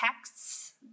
texts